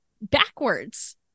backwards